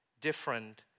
different